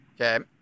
Okay